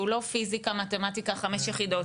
שהוא לא פיזיקה מתמטיקה חמש יחידות,